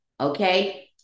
Okay